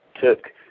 took